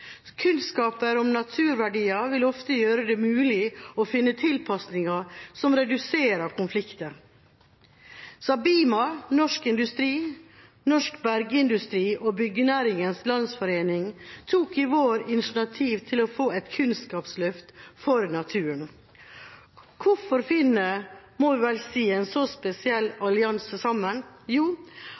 Kunnskaper om naturverdier vil ofte gjøre det mulig å finne tilpasninger som reduserer konflikter. SABIMA, Norsk Industri, Norsk Bergindustri og Byggenæringens Landsforening tok i vår initiativ til å få et kunnskapsløft for naturen. Hvorfor finner en så spesiell allianse, må vi vel si, sammen? Jo,